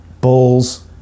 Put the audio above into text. Balls